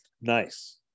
nice